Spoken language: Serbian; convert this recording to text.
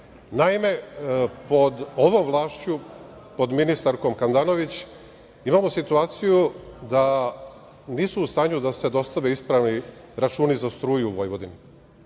pod ovom vlašću, pod ministarkom Handanović, imamo situaciju da nisu u stanju da se dostave ispravni računi za struju u Vojvodini.